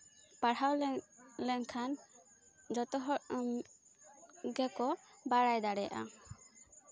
ᱯᱟᱲᱦᱟᱣ ᱞᱮᱱᱠᱷᱟᱱ ᱡᱚᱛᱚ ᱦᱚᱲ ᱜᱮᱠᱚ ᱵᱟᱲᱟᱭ ᱫᱟᱲᱮᱭᱟᱜᱼᱟ